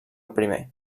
primer